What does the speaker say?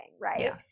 Right